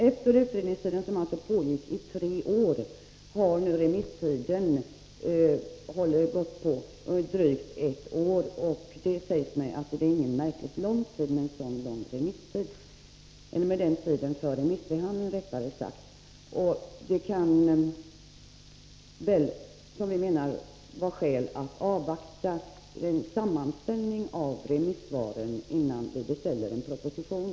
Efter utredningen, som alltså arbetade i tre år, har vi hittills haft en remisstid på drygt ett år. Det har alltså sagts mig att detta inte är någon särskilt lång tid för remissbehandling. Enligt vår åsikt kan det finnas anledning att avvakta en sammanställning av remissvaren, innan riksdagen begär en proposition.